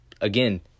again